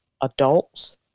adults